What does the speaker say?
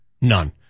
None